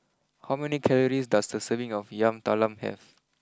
how many calories does a serving of Yam Talam have